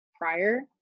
prior